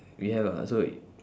we have ah so it